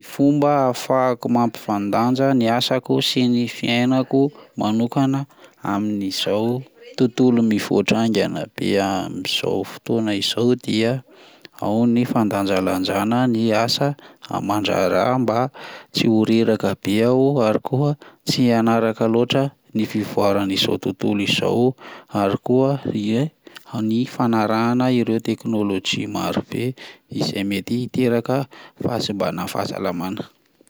Fomba afahako mampifandanja ny asako sy ny fiainako manokana amin'izao tontolo mivaotra haingana be amin'izao fotoana izao dia ao ny fandanjalanjana ny asa aman-draraha mba tsy ho rereka be aho, ary ko tsy hanaraka laotra ny fivoaran'izao tontolo izao, ary koa dia ny fanarahana ireo teknôlojia maro be izay mety hiteraka fahasibana fahasalamana.